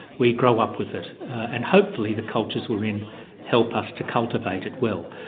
we grow up with it and hopefully the cultures we're in help us to cultivate it well.